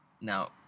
Now